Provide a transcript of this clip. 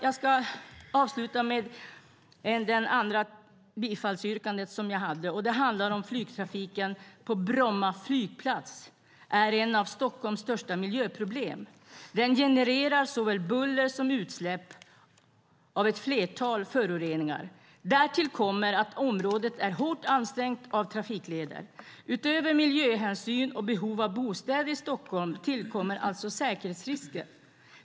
Jag ska avsluta med det andra bifallsyrkandet, som jag hade. Det handlar om flygtrafiken på Bromma flygplats. Den är ett av Stockholms största miljöproblem. Den genererar såväl buller som utsläpp av ett flertal föroreningar. Därtill kommer att området är hårt ansträngt av trafikleder. Utöver miljöhänsyn och behov av bostäder i Stockholm tillkommer alltså säkerhetsrisker.